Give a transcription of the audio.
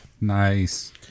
Nice